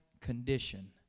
condition